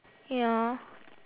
ya